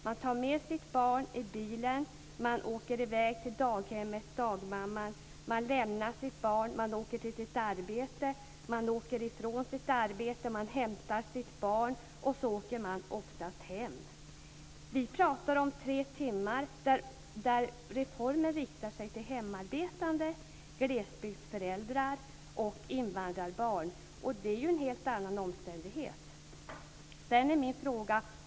Man tar med sitt barn i bilen och åker i väg till daghemmet eller dagmamman. Man lämnar sitt barn och åker till sitt arbete. Man åker ifrån sitt arbete, hämtar sitt barn och åker sedan oftast hem. Nu pratar vi om tre timmar, och reformen riktar sig till hemarbetande, glesbygdsföräldrar och invandrarföräldrar. Det är en helt annan omständighet.